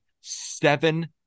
seven